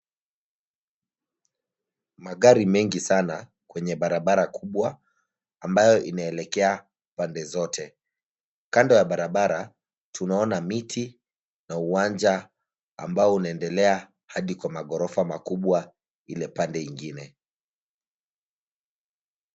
Magari mengi sana kwenye barabara kubwa ambayo inaelekea pande zote. Kando ya barabara, tunaona miti na uwanja ambao unaendelea hadi kwa maghorofa makubwa ile pande ingine.